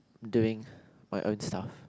doing my own stuff